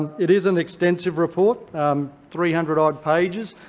it is an extensive report three hundred odd pages,